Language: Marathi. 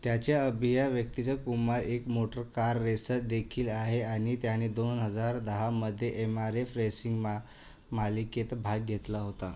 त्याच्या अभियाव्यतिय कुमार एक मोटर कार रेसरदेखील आहे आणि त्याने दोन हजार दहामध्ये एम आर एफ रेसिंग मा मालिकेत भाग घेतला होता